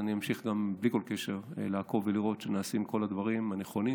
אז אני אמשיך גם בלי קשר לעקוב ולראות שנעשים כל הדברים הנכונים,